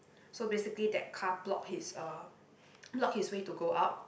so basically that car block his uh block his way to go out